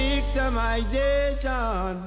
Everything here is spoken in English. Victimization